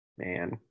man